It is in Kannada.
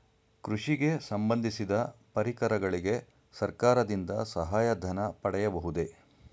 ಕೃಷಿಗೆ ಸಂಬಂದಿಸಿದ ಪರಿಕರಗಳಿಗೆ ಸರ್ಕಾರದಿಂದ ಸಹಾಯ ಧನ ಪಡೆಯಬಹುದೇ?